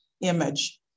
image